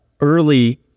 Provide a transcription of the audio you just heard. early